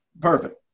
Perfect